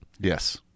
Yes